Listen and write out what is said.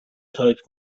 تایپ